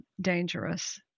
dangerous